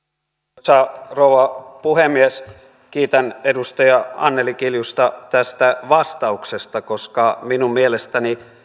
arvoisa rouva puhemies kiitän edustaja anneli kiljusta tästä vastauksesta koska minun mielestäni